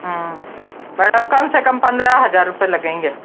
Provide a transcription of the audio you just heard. हाँ मैडम कम से कम पंद्रह हजार रुपये लगेंगे